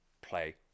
play